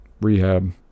rehab